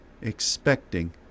expecting